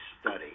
study